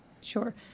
sure